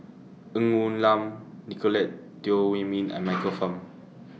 Ng Woon Lam Nicolette Teo Wei Min and Michael Fam